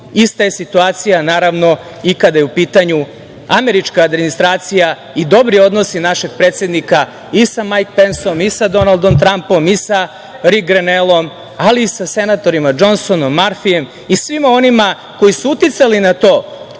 je situacija naravno i kada je u pitanju američka administracija i dobri odnosi našeg predsednika i sa Majk Pensom i sa Donaldom Trampom i sa Ri Grenelom, ali i sa senatorima Džonsonom, Marfijem i svima onima koji su uticali na to,